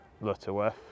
Lutterworth